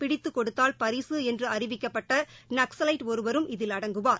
பிடித்தகொடுத்தால் பரிசுஎன்றுஅறிவிக்கப்ப்ட்டநக்சலைட் ஒருவரும் இதில் அடங்குவார்